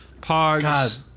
pogs